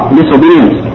disobedience